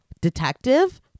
detective